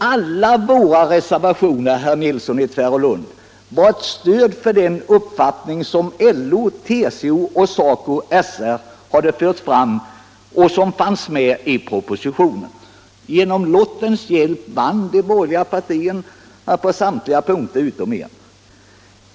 Alla våra reservationer, herr Nilsson i Tvärålund, var ett stöd för den uppfattning som LO, TCO och SACO/SR hade fört fram och som fanns med i propositionen. Genom lottens hjälp vann de borgerliga partierna på samtliga punkter utom en.